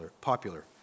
popular